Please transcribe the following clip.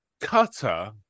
Cutter